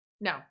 no